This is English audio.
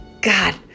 God